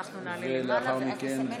אורית.